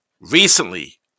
recently